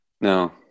No